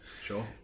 Sure